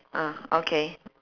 ah okay